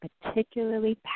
particularly